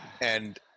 and-